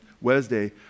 Wednesday